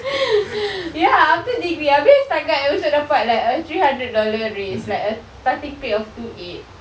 ya after degree abeh setakat macam dapat like a three hundred dollar raise like a starting pay of two eight